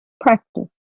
practice